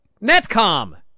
Netcom